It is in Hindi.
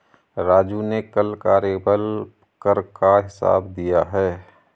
राजू ने कल कार्यबल कर का हिसाब दिया है